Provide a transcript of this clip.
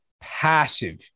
passive